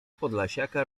podlasiaka